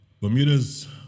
Bermuda's